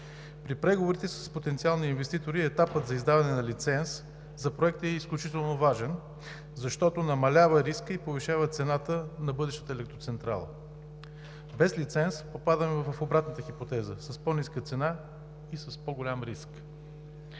При преговорите с потенциални инвеститори етапът за издаване на лиценз за Проекта е изключително важен, защото намалява риска и повишава цената на бъдещата електроцентрала. Без лиценз попадаме в обратната хипотеза – с по-ниска цена, и с по-голям риск.